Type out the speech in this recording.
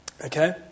okay